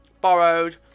borrowed